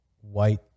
white